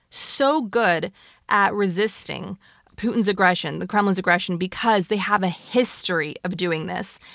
so good at resisting putin's aggression, the kremlin's aggression, because they have a history of doing this.